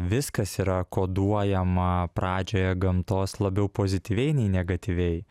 viskas yra koduojama pradžioje gamtos labiau pozityviai nei negatyviai